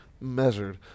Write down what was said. measured